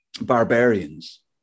barbarians